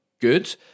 good